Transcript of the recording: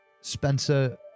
spencer